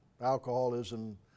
alcoholism